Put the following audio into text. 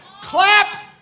clap